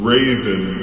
Raven